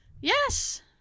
Yes